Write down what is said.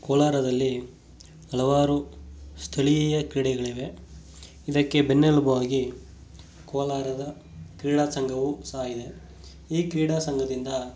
ಕೋಲಾರದಲ್ಲಿ ಹಲವಾರು ಸ್ಥಳೀಯ ಕ್ರೀಡೆಗಳಿವೆ ಇದಕ್ಕೆ ಬೆನ್ನೆಲುಬು ಆಗಿ ಕೋಲಾರದ ಕ್ರೀಡಾ ಸಂಘವು ಸಹ ಇದೆ ಈ ಕ್ರೀಡಾ ಸಂಘದಿಂದ